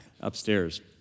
upstairs